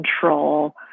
control